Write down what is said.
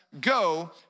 go